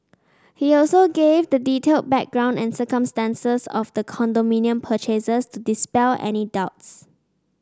he also gave the detailed background and circumstances of the condominium purchases to dispel any doubts